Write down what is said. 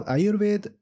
Ayurved